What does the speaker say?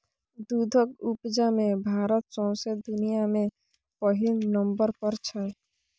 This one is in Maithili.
दुधक उपजा मे भारत सौंसे दुनियाँ मे पहिल नंबर पर छै